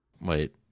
wait